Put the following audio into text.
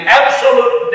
absolute